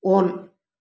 on